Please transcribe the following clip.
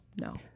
No